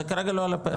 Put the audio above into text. זה כרגע לא על הפרק.